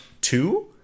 two